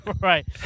right